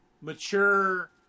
mature